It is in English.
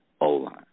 O-line